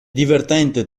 divertente